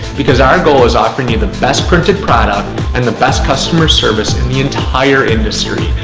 because our goal is offering you the best printed product, and the best customer service in the entire industry.